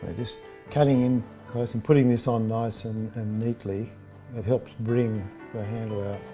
ah just cutting in and putting this on nice and and neatly it helps bring the handle out.